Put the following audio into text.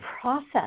process